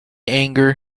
anger